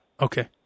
Okay